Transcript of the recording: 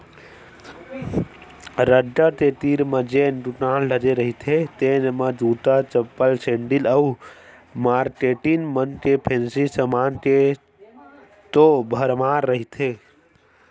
रद्दा के तीर म जेन दुकान लगे रहिथे तेन म जूता, चप्पल, सेंडिल अउ मारकेटिंग मन के फेंसी समान के तो भरमार रहिथे